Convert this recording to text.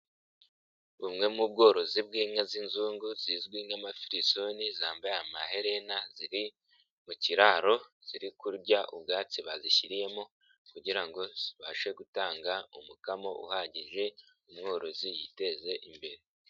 Bumwe mu bworozi bw'inka z'inzungu zizwi nk'amafirisoni, zambaye amaherena, ziri mu kiraro, ziri kurya ubwatsi bazishyiriyemo kugira ngo zibashe gutanga umukamo uhagije, umworozi yiteze imbere.